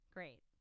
Great